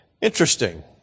Interesting